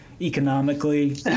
economically